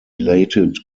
related